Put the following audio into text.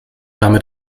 damit